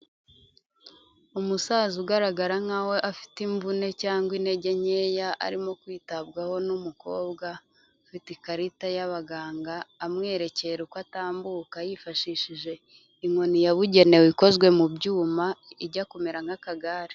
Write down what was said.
Umusaza ugaragara nkaho afite imvune cyangwa intege nkeya, arimo kwitabwaho n'umukobwa ufite ikarita y'abaganga amwerekera uko atambuka yifashishije inkoni yabugenewe ikozwe mu byuma ijya kumera nk'akagare.